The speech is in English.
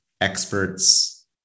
experts